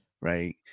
right